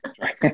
Right